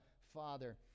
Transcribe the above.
father